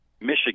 Michigan